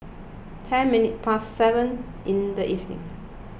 ten minutes past seven in the evening